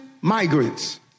migrants